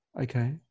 okay